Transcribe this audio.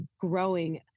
growing